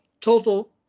total